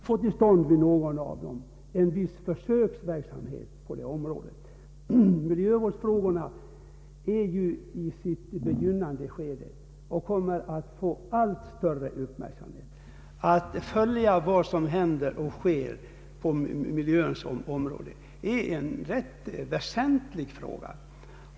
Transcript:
Herr talman! Nej, att skolorna inte enbart skulle användas för naturvårdsutbildning, därom är vi överens. Vad det varit fråga om är att man borde kunna utnyttja resurser som redan finns för en viss del av miljövårdsinformationen och för observation, och om man också skulle kunna vid någon av dessa skolor få till stånd en viss försöksverksamhet på området. Intresset för miljövårdsfrågorna är ju bara i sin begynnelse, och dessa frågor kommer att få allt större uppmärksamhet. Att följa vad som händer och sker på miljöområdet är en väsentlig uppgift.